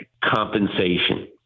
compensation